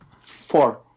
Four